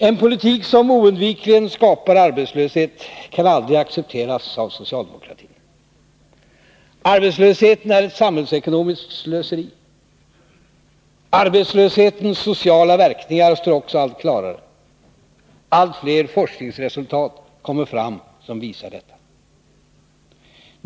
En politik som oundvikligen skapar arbetslöshet kan aldrig accepteras av socialdemokratin. Arbetslösheten är ett samhällsekonomiskt slöseri. Arbetslöshetens sociala verkningar står också allt klarare. Allt fler forskningsresultat kommer fram som visar detta.